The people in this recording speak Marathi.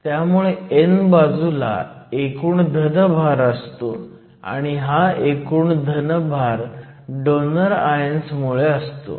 त्यामुळे n बाजूला एकूण धन भार असतो आणि हा एकूण धन भार डोनर आयन्स मुळे असतो